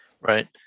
Right